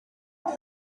mewn